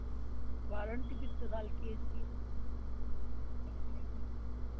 warranty कितने साल की है इसकी